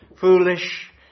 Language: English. foolish